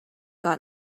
got